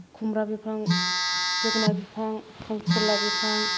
खुमब्रा बिफां जोगोनार बिफां खांख्रिखला बिफां